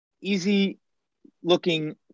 easy-looking